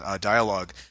dialogue